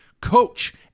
coach